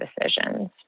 decisions